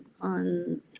on